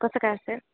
कसं काय असेल